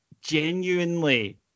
genuinely